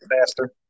faster